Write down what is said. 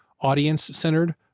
audience-centered